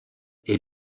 est